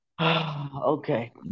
Okay